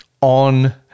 on